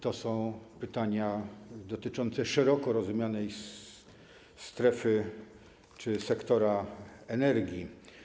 To są pytania dotyczące szeroko rozumianej strefy czy sektora energii.